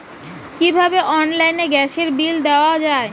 কিভাবে অনলাইনে গ্যাসের বিল দেওয়া যায়?